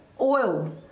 oil